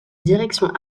direction